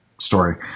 story